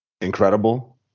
incredible